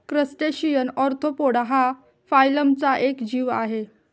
crustacean arthropoda हा फायलमचा एक जीव आहे